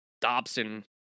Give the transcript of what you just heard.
Dobson